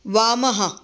वामः